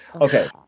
Okay